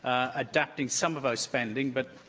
adapting some of our spending, but